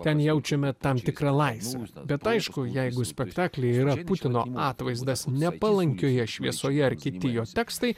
ten jaučiame tam tikrą laisvę bet aišku jeigu spektaklyje yra putino atvaizdas nepalankioje šviesoje ar kiti jos tekstai